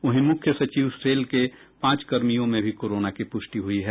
वहीं मुख्य सचिव सेल के पांच कर्मियों में भी कोरोना की पुष्टि हुई है